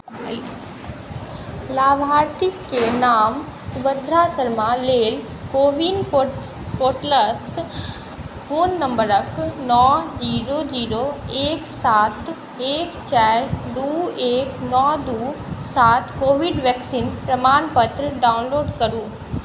लाभार्थीके नाम सुभद्रा शर्मा लेल को विन पोर्टलसँ फोन नंबरक नओ जीरो जीरो एक सात एक चारि दू एक नओ दू साथ कोविड वैक्सीन प्रमाणपत्र डाउनलोड करु